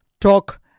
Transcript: talk